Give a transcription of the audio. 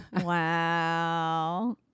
wow